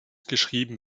geschrieben